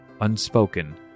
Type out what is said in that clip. unspoken